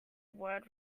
word